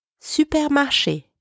supermarché